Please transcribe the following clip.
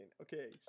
Okay